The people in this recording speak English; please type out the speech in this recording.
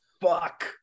Fuck